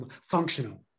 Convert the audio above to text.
functional